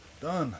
done